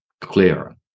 clearer